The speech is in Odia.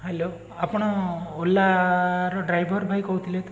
ହ୍ୟାଲୋ ଆପଣ ଓଲାର ଡ୍ରାଇଭର୍ ଭାଇ କହୁଥିଲେ ତ